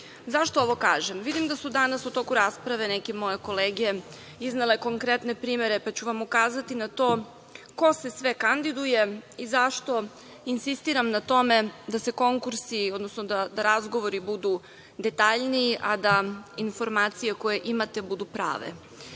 ovo kažem? Vidim da su danas u toku rasprave neke moje kolege iznele konkretne primere, pa ću vam ukazati na to ko se sve kandiduje i zašto insistiram na tome da se konkursi, odnosno da razgovori budu detaljniji, a da informacije koje imate budu prave. Imate,